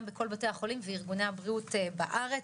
בכל בתי החולים וארגוני הבריאות בארץ.